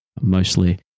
Mostly